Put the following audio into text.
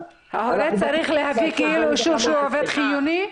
--- העובד צריך להביא כאילו אישור שהוא עובד חיוני?